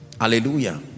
hallelujah